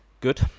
Good